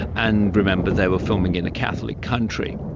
and remember they were filming in a catholic country.